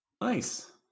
Nice